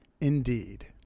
Indeed